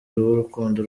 rw’urukundo